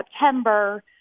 September